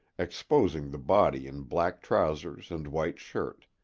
exposing the body in black trousers and white shirt.